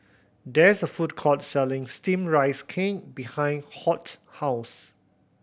there's a food court selling Steamed Rice Cake behind Hoyt's house